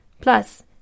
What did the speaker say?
Plus